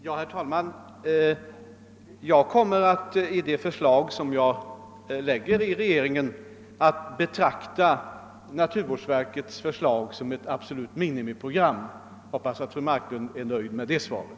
Herr talman! Jag kommer i det förslag som jag lägger fram i regeringen att betrakta naturvårdsverkets förslag som ett absolut minimiprogram. Jag hoppas att fru Marklund är nöjd med det svaret.